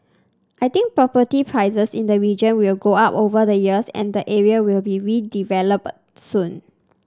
I think property prices in the region will go up over the years and the area will be redeveloped soon